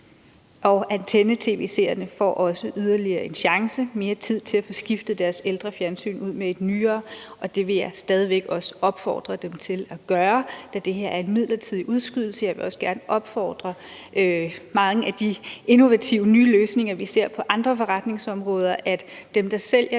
antenne-tv-seerne får også yderligere en chance med mere tid til at få skiftet deres ældre fjernsyn ud med et nyere, og det vil jeg stadig væk også opfordre dem til at gøre, da det her er en midlertidig udskydelse. Jeg vil også gerne opfordre til qua mange af de innovative nye løsninger, vi ser på andre forretningsområder, at dem, der sælger